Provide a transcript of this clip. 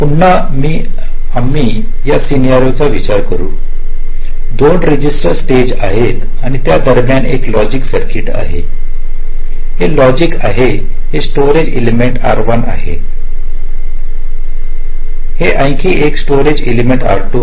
पुन्हा आम्ही त्याच सन्यारीहो चा विचार करू दोन रजिस्टर स्टेज आहेत आणि त्या दरम्यान एक लॉजिक सर्किट आहे हे लॉजिक आहे हे स्टोरेज एलमेंट R1 आहे हे आणखी एक स्टोरेज एलमेंट R2 आहे